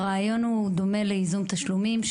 הרעיון דומה לייזום תשלומים,